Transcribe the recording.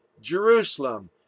Jerusalem